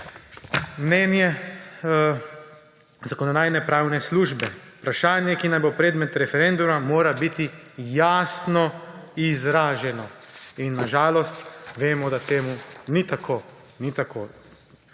mnenje Zakonodajno-pravne službe: Vprašanje, ki naj bo predmet referenduma, mora biti jasno izraženo. In na žalost vemo, da temu ni tako.